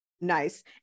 Nice